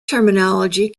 terminology